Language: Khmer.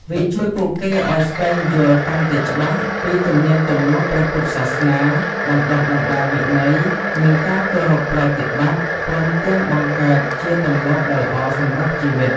វាជួយពួកគេឱ្យស្វែងយល់កាន់តែច្បាស់ពីទំនៀមទម្លាប់ព្រះពុទ្ធសាសនា បណ្ដុះបណ្ដាលវិន័យ និងការគោរពប្រតិបត្តិ ព្រមទាំងបង្កើតជាទម្លាប់ដ៏ល្អសម្រាប់ជីវិត។